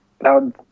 now